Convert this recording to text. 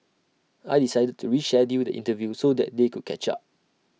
I decided to reschedule the interview so that they could catch up